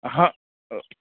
हँ